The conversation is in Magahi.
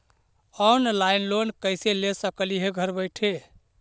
ऑनलाइन लोन कैसे ले सकली हे घर बैठे?